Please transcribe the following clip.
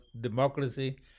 democracy